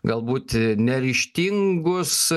galbūt neryžtingus